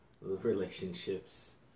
relationships